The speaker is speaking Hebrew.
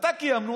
מתי קיימנו?